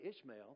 Ishmael